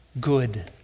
good